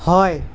হয়